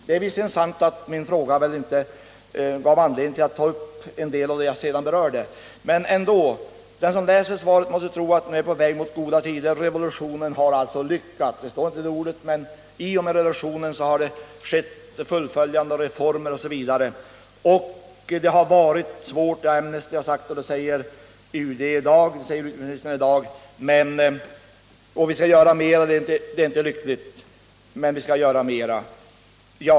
Det är visserligen sant att min fråga inte gav anledning att ta upp en del av de saker jag sedan berörde, men den som läser svaret måste ändå tro att Etiopien är på väg mot goda tider — revolutionen har lyckats. Det ordet står inte, men det sägs att i och med revolutionen har reformer fullföljts osv. Det har varit svåra tider. Det har Amnesty sagt, och det säger utrikesmi nistern i dag; förhållandena är inte lyckliga, men vi skall göra mer.